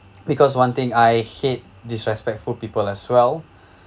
because one thing I hate disrespectful people as well